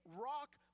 rock